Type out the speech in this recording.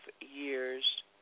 Years